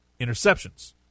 interceptions